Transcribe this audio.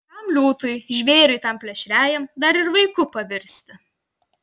kam liūtui žvėriui tam plėšriajam dar ir vaiku pavirsti